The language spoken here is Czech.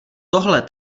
tohle